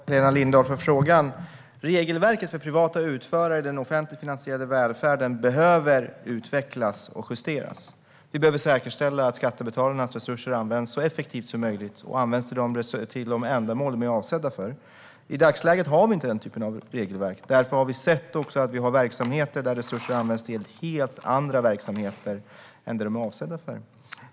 Herr talman! Tack, Helena Lindahl, för frågan! Regelverket för privata utförare i den offentligt finansierade välfärden behöver utvecklas och justeras. Vi behöver säkerställa att skattebetalarnas resurser används så effektivt som möjligt och till de ändamål som de är avsedda för. I dagsläget har vi inte den typen av regelverk, och därför har vi också sett att vi har verksamheter där resurser används till helt andra verksamheter än de som de är avsedda för.